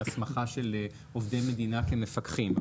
הסמכה של עובדי מדינה כמפקחים.